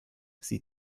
sie